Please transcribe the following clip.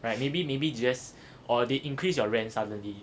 right maybe maybe just or they increase your rent suddenly